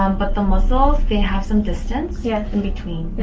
um but the muscles. they have some distance yeah in-between